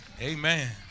Amen